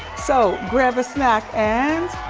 so, grab a snack and